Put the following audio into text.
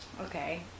okay